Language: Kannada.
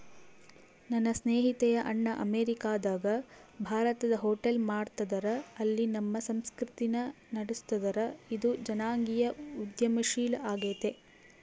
ನನ್ನ ಸ್ನೇಹಿತೆಯ ಅಣ್ಣ ಅಮೇರಿಕಾದಗ ಭಾರತದ ಹೋಟೆಲ್ ಮಾಡ್ತದರ, ಅಲ್ಲಿ ನಮ್ಮ ಸಂಸ್ಕೃತಿನ ನಡುಸ್ತದರ, ಇದು ಜನಾಂಗೀಯ ಉದ್ಯಮಶೀಲ ಆಗೆತೆ